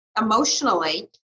emotionally